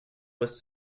was